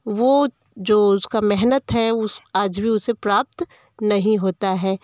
वह जो उसका मेहनत है उस आज भी उसे प्राप्त नहीं होता है